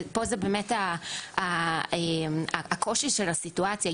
ופה זה באמת הקושי של הסיטואציה.